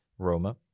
Roma